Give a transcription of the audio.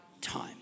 time